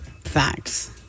Facts